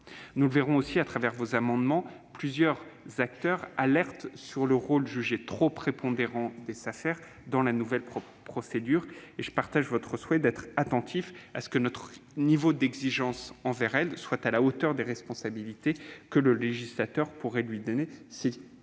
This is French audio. Nous le verrons lors de l'examen de vos amendements, plusieurs acteurs alertent sur le rôle jugé trop prépondérant des Safer dans la nouvelle procédure. Je partage votre souhait de veiller à ce que notre niveau d'exigence envers elles soit à la hauteur des responsabilités que le législateur pourrait leur confier-